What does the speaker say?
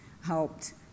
helped